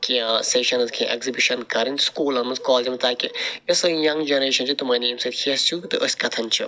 کیٚنٛہہ سیٚشَنٕز کیٚنٛہہ ایٚگزِبِشَن کَرٕنۍ سُکولَن منٛز کالجیٚن مَنٛز تاکہِ یوٚس سٲنۍ یَنٛگ جَنریشَن چھِ تِمَن ییٖ اَمہِ سۭتۍ ہیٚس ہیٛو تہٕ کہِ أسۍ کَتیٚن چھِ